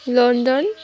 London